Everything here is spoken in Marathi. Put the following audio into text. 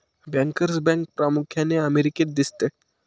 बँकर्स बँक प्रामुख्याने अमेरिकेत दिसते